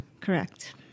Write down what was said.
Correct